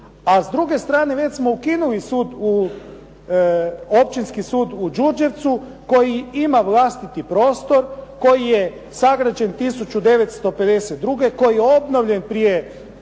A s druge strane već smo ukinuli sud, općinski sud u Đurđevcu, koji ima vlastiti prostor, koji je sagrađen 1952. koji je obnovljen prije